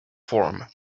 form